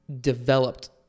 developed